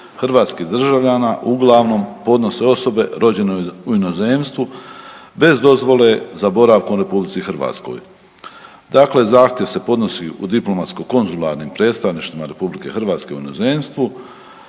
hrvatskih državljana uglavnom podnose osobe rođene u inozemstvu bez dozvole za boravkom u RH. Dakle, zahtjev se podnosi u diplomatsko-konzularnim predstavništvima RH u inozemstvu.